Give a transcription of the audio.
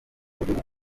igihugu